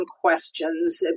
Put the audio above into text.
questions